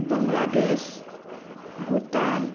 Bangladesh Bhutan